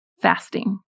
Fasting